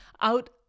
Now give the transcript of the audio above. out